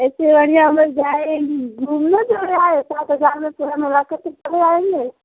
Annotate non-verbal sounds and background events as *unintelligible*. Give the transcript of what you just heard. इससे बढ़िया हम लोग जाए घूमने *unintelligible* सात हजार में *unintelligible* चले आएँगे